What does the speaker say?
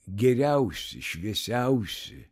geriausi šviesiausi